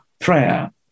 prayer